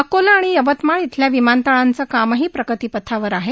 अकोला आणि यवतमाळ इथल्या विमानतळांचं कामही प्रगतीपथावर आहे